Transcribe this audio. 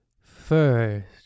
first